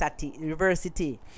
university